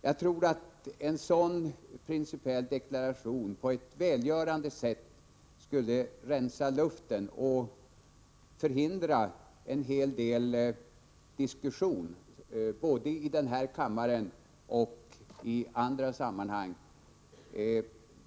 Jag tror att en sådan principiell deklaration på ett välgörande sätt skulle rensa luften och förhindra en hel del diskussion både här i kammaren och i andra sammanhang.